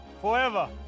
forever